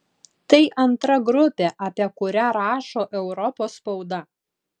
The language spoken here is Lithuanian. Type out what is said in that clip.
tai antra grupė apie kurią rašo europos spauda